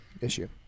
issue